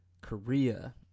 Korea